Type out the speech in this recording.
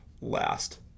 Last